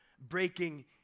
breaking